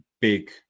big